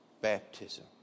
baptism